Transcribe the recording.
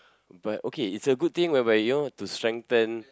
but okay it's a good thing whereby you know to strengthen